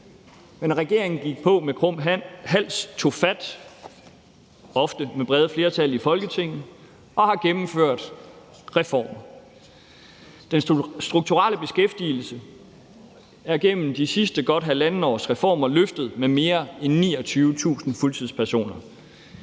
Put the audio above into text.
Men regeringen gik til det med krum hals, tog fat – ofte med brede flertal i Folketinget – og har gennemført reformer. Den strukturelle beskæftigelse er igennem de sidste godt halvandet års reformer løftet med mere end 29.000 fuldtidspersoner.